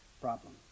problem